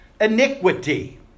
Iniquity